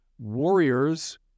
warriors—